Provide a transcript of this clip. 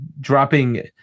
dropping